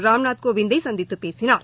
ராம்நாத் கோவிந்தை சந்தித்துப் பேசினார்